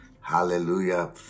Hallelujah